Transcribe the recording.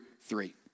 three